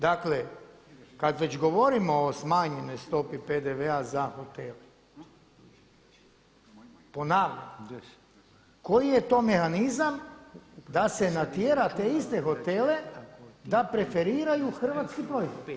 Dakle, kad već govorimo o smanjenoj stopi PDV-a za hotele, ponavljam, koji je to mehanizam da se natjera te iste hotele da preferiraju hrvatski proizvod?